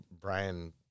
Brian